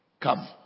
come